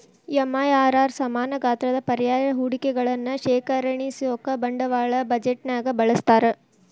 MIRR ಸಮಾನ ಗಾತ್ರದ ಪರ್ಯಾಯ ಹೂಡಿಕೆಗಳನ್ನ ಶ್ರೇಣೇಕರಿಸೋಕಾ ಬಂಡವಾಳ ಬಜೆಟ್ನ್ಯಾಗ ಬಳಸ್ತಾರ